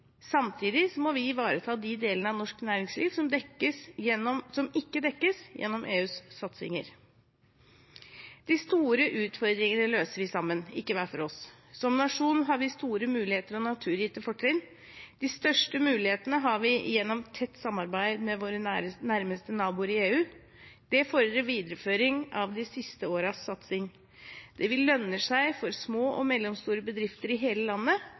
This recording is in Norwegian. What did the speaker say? må vi ivareta de delene av norsk næringsliv som ikke dekkes gjennom EUs satsinger. De store utfordringene løser vi sammen, ikke hver for oss. Som nasjon har vi store muligheter og naturgitte fortrinn. De største mulighetene har vi gjennom tett samarbeid med våre nærmeste naboer i EU. Det fordrer videreføring av de siste årenes satsing. Det vil lønne seg for små og mellomstore bedrifter i hele landet,